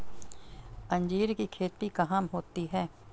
अंजीर की खेती कहाँ होती है?